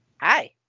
Hi